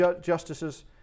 justices